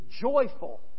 joyful